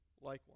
likewise